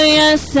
yes